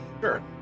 Sure